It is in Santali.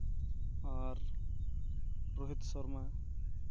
ᱟᱨ ᱨᱳᱦᱤᱛ ᱥᱚᱨᱢᱟ